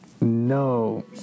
No